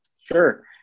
Sure